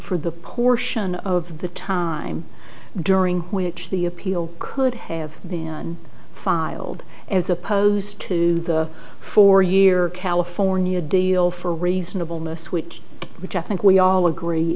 for the portion of the time during which the appeal could have been filed as opposed to the four year california deal for reasonable miss which which i think we all agree